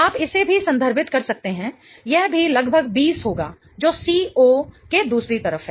आप इसे भी संदर्भित कर सकते हैं यह भी लगभग 20 होगा जो CO के दूसरी तरफ है